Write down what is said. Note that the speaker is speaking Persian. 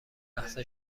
لحظه